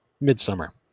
midsummer